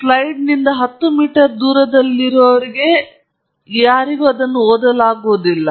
ಹಾಗಾಗಿ ಸ್ಲೈಡ್ ನಿಂದ 10 ಮೀಟರ್ ದೂರದಲ್ಲಿರುವ ನಿಮಗೆ ಕುಳಿತುಕೊಳ್ಳುವ ಯಾರಿಗಾದರೂ ಓದಲಾಗುವುದಿಲ್ಲ